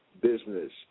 business